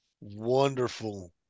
wonderful